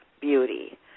beauty